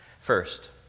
First